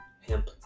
Hemp